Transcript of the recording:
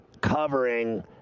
covering